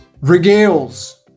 regales